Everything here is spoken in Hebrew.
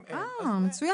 אם אין, אז אין.